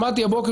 שמעתי הבוקר,